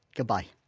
goodbye